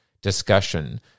discussion